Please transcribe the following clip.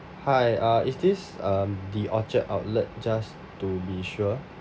hi uh is this um the orchard outlet just to be sure